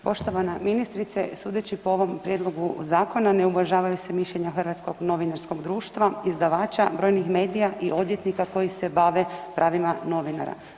Poštovana ministrice, sudeći po ovom prijedlogu zakona ne uvažavaju se mišljenja Hrvatskog novinarskog društva, izdavača, brojnih medija i odvjetnika koji se bave pravima novinara.